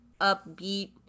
upbeat